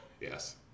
Yes